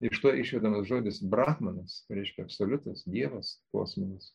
iš to išvedamas žodis brahmanas tai reiškia absoliutas dievas kosminis